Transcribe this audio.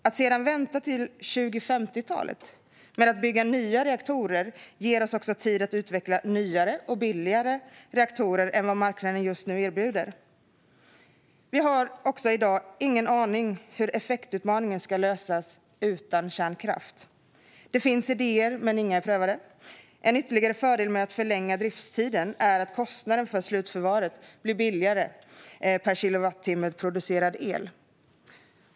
Att sedan vänta till 2050-talet med att bygga nya reaktorer ger oss också tid att utveckla nyare och billigare reaktorer än vad marknaden just nu erbjuder. I dag har vi ingen aning om hur effektutmaningen ska mötas utan kärnkraft. Det finns idéer, men inga är prövade. En ytterligare fördel med att förlänga driftstiden är att kostnaden för slutförvaret blir billigare per kilowattimme producerad el.